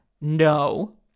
no